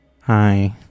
hi